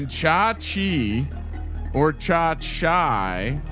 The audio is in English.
ah chachi or chaat shy